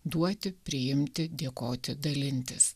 duoti priimti dėkoti dalintis